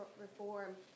reform